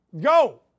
Go